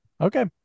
Okay